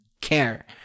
care